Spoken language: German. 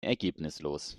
ergebnislos